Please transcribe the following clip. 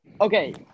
Okay